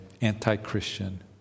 anti-Christian